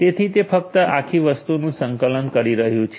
તેથી તે ફક્ત આખી વસ્તુનું સંકલન કરી રહ્યું છે